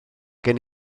gen